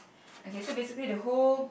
okay so basically the whole